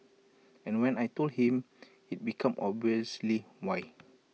and when I Told him IT became obviously why